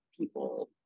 people